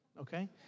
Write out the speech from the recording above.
okay